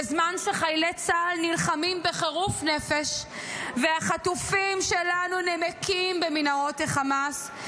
בזמן שחיילי צה"ל נלחמים בחירוף נפש והחטופים שלנו נמקים במנהרות החמאס,